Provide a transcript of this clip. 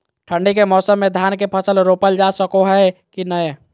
ठंडी के मौसम में धान के फसल रोपल जा सको है कि नय?